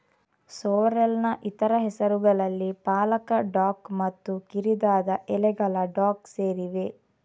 ಸೋರ್ರೆಲ್ನ ಇತರ ಹೆಸರುಗಳಲ್ಲಿ ಪಾಲಕ ಡಾಕ್ ಮತ್ತು ಕಿರಿದಾದ ಎಲೆಗಳ ಡಾಕ್ ಸೇರಿವೆ